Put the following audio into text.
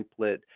template